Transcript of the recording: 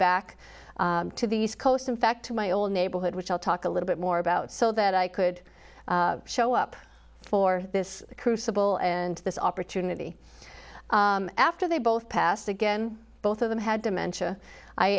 back to the east coast in fact to my old neighborhood which i'll talk a little bit more about so that i could show up for this crucible and this opportunity after they both passed again both of them had dimentia i